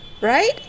Right